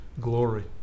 glory